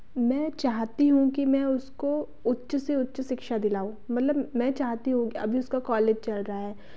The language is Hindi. मैं चाहती हूँ कि मैं उसको उच्च से उच्च शिक्षा दिलाऊँ मतलब मैं चाहती हूँ अभी उसका कॉलेज चल रहा है